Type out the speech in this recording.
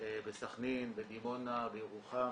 יש בסכנין, בדימונה, בירוחם.